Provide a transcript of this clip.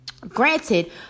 Granted